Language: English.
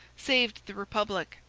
saved the republic,